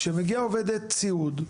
כשמגיעה עובדת סיעוד,